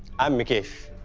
i'm mikesh.